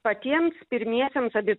patiems pirmiesiems abi